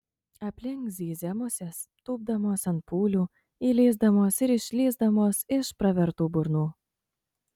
aplink zyzė musės tūpdamos ant pūlių įlįsdamos ir išlįsdamos iš pravertų burnų